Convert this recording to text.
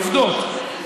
עובדות,